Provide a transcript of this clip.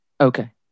Okay